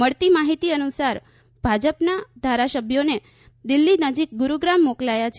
મળતી માહિતી અનુસાર ભાજપના ધારાસભ્યોને દિલ્હી નજીક ગુરૂગ્રામ મોકલાયા છે